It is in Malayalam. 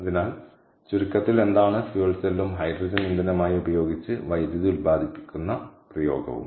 അതിനാൽ ചുരുക്കത്തിൽ എന്താണ് ഇന്ധന സെല്ലും ഹൈഡ്രജൻ ഇന്ധനമായി ഉപയോഗിച്ച് വൈദ്യുതി ഉൽപ്പാദിപ്പിക്കുന്ന പ്രയോഗവും